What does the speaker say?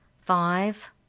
Five